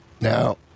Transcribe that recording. Now